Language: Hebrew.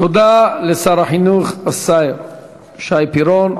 תודה לשר החינוך השר שי פירון.